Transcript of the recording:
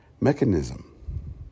mechanism